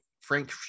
Frank